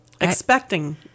Expecting